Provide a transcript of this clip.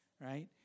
Right